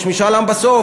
יש משאל עם בסוף,